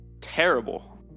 terrible